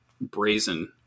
brazen